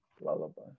Lullaby